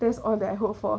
that's all that I hope for